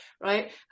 right